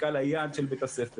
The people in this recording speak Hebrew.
לקהל היעד של בית הספר.